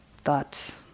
thoughts